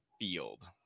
field